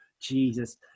Jesus